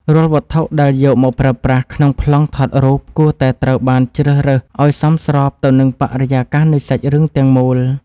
រាល់វត្ថុដែលយកមកប្រើប្រាស់ក្នុងប្លង់ថតរូបគួរតែត្រូវបានជ្រើសរើសឱ្យសមស្របទៅនឹងបរិយាកាសនៃសាច់រឿងទាំងមូល។